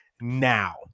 now